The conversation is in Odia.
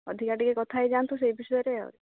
ଅଧିକ ଟିକେ କଥା ହେଇଯାଆନ୍ତୁ ସେ ବିଷୟରେ ଆଉ